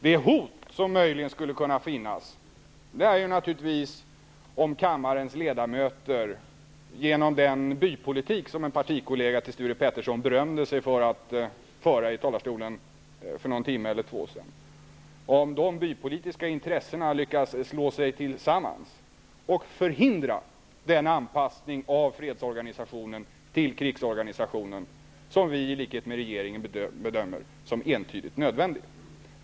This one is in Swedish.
Det hot som möjligen skulle kunna finnas är naturligtvis att några av kammarens ledamöter, genom den bypolitik som en partikollega till Sture Ericson för någon timme sedan berömde sig för att föra i talarstolen, slår sig ihop och förhindrar den anpassning av fredsorganisationen till krigsorganisationen som vi i likhet med regeringen bedömer som entydigt nödvändig.